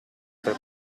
per